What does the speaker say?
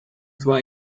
zwar